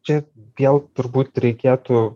čia jau turbūt reikėtų